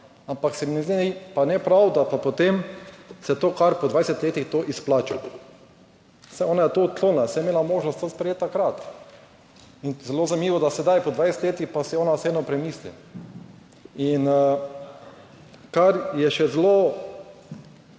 Ampak se mi zdi pa ne prav, da pa potem se to kar po 20 letih to izplača. Saj ona je to odklonila, saj je imela možnost to sprejeti takrat. In zelo zanimivo, da sedaj po 20 letih pa si ona vseeno premisli. In kar je še zelo